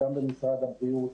גם במשרד הבריאות,